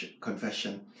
confession